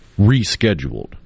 rescheduled